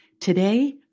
Today